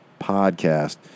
podcast